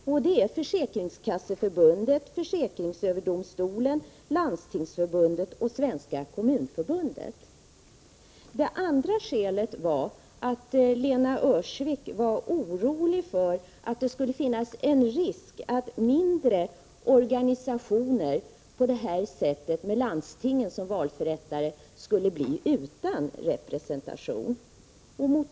Det är Försäkringskasseförbundet, försäkringsöverdomstolen, Landstingsförbundet och Svenska kommunförbundet. Det andra skälet var att Lena Öhrsvik var orolig för att det skulle finnas en risk att mindre organisationer med landstingen som valförrättare på detta sätt skulle bli utan representation.